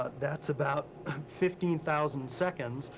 ah that's about fifteen thousand seconds.